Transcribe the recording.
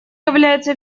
является